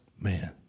Man